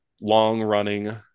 long-running